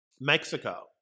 Mexico